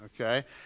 okay